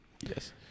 yes